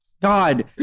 God